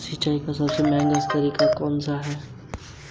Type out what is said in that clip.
किस बैंक ने मोबाइल आधारित भुगतान समाधान एम वीज़ा लॉन्च किया है?